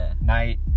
night